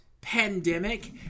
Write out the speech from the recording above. pandemic